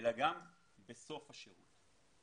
- אלא גם בסוף השירות.